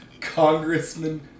Congressman